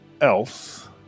else